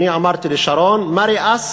אני אמרתי לשרון Marry us